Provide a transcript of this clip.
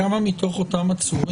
אתם יודעים לומר כמה מתוך אותם עצורים,